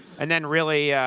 and then, really,